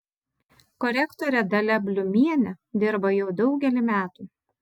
korektorė dalia bliumienė dirba jau daugelį metų